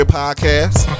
podcast